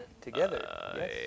Together